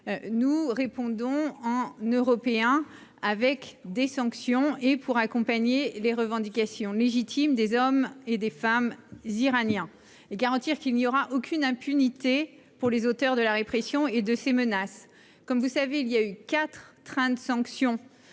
Nous répondons en Européens, en prévoyant des sanctions pour accompagner les revendications légitimes des Iraniennes et des Iraniens et garantir qu'il n'y aura aucune impunité pour les auteurs de la répression et de ces menaces. Comme vous le savez, quatre trains de sanctions